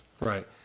Right